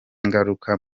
ngaruka